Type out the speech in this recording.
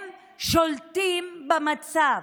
הם שולטים במצב,